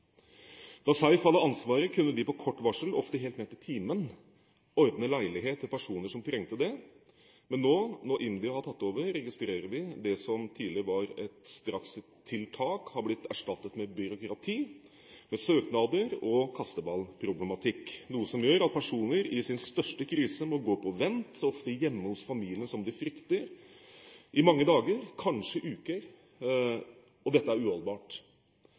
Da SEIF hadde ansvaret, kunne de på kort varsel, ofte helt ned til en time, ordne leilighet til personer som trengte det. Men nå, når IMDi har tatt over, registrerer vi at det som tidligere var et strakstiltak, har blitt erstattet med byråkrati – med søknader og kasteballproblematikk – noe som gjør at personer i sin største krise må gå på vent, ofte hjemme hos familiene som de frykter, i mange dager, kanskje uker, og dette er uholdbart.